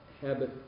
habit